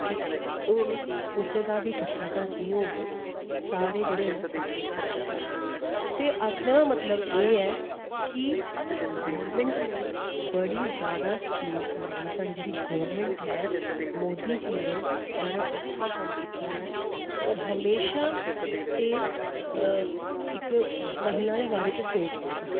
कि हून कुसै दा बी कच्चा घर नेईं होग सारे जेह्ड़े न पक्के घर च रैह्न ते आक्खने दा मतलब एह् ऐ कि गौरमेंट ने बड़ी ज्यादा स्कीम्स बनाई न साढ़ी जेह्ड़ी गौरमेंट ऐ मोदी जी ने बड़ा अच्छा कम्म कीता ऐ होर हमेशा एह् इक महिला दे बारे च सोचदे न